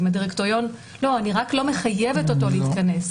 נאי לא מחייבת אותו להתכנס.